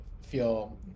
feel